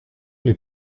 les